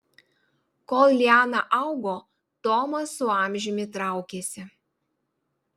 kol liana augo tomas su amžiumi traukėsi